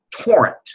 torrent